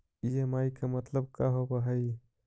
EMI मतलब का होब हइ?